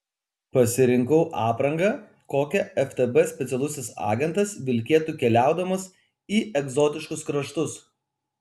pasirinkau aprangą kokią ftb specialusis agentas vilkėtų keliaudamas į egzotiškus kraštus